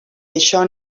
això